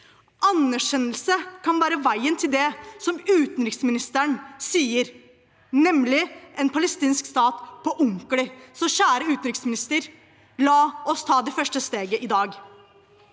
Anerkjennelse kan være veien til det utenriksministeren sier, nemlig en palestinsk stat på ordentlig. Kjære utenriksminister, la oss ta det første steget i dag.